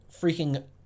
freaking